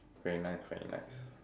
very nice very nice